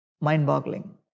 mind-boggling